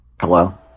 Hello